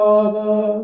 Father